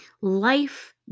life